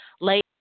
late